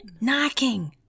Knocking